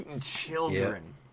children